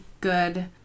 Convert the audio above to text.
good